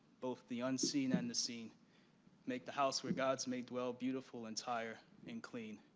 both the unseen and the seen make the house, where gods may dwell beautiful, entire, and clean.